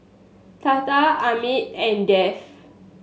Tata Amit and Dev